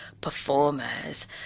performers